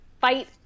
fight